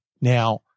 Now